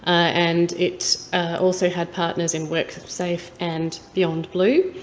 and it also had partners in worksafe and beyond blue.